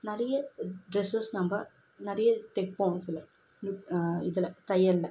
நிறைய ட்ரெஸ்ஸஸ் நம்ம நிறைய தைப்போம் சில இதில் தையலில்